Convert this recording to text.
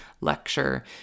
lecture